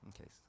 Okay